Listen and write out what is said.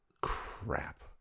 crap